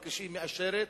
אבל כשהיא מאשרת,